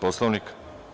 Poslovnika?